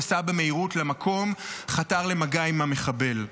נסע במהירות למקום וחתר למגע עם המחבל.